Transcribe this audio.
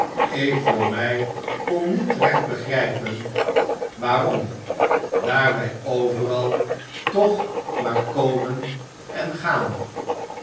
ik voor mij kon niet recht begrijpen waarom daar wij overal toch maar komen en gaan